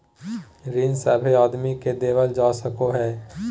ऋण सभे आदमी के देवल जा सको हय